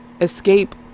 escape